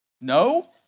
No